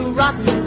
rotten